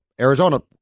Arizona